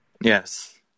Yes